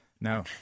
No